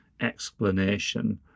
explanation